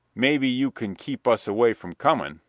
maybe you can keep us away from coming,